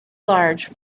large